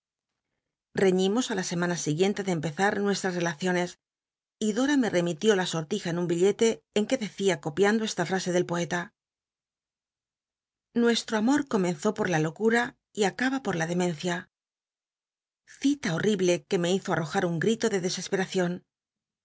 lleiíimos i la semana siguiente de empezat nucstms relaciones y dom me remitió la sortija en un billclc en que dccia copiando esta frase del poeta unuestro amor comenzo por la locu ra y acaba por la demencia u cita horl'ible que me hizo mojar un gl'ilo de dcsespem